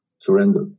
Surrender